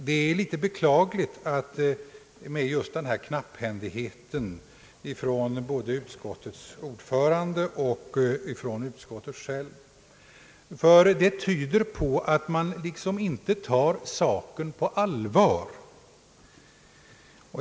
Det är litet beklagligt med just denna knapphändighet ifrån både utskottets vice ordförande och utskottet självt, ty det tyder på att man liksom inte tar saken på allvar.